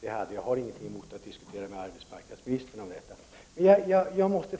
dessa områden har. Jag har ingenting emot att diskutera med arbetsmarknadsministern.